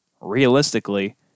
realistically